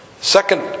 Second